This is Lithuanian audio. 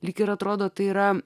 lyg ir atrodo tai yra